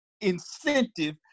incentive